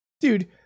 Dude